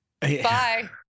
Bye